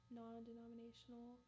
non-denominational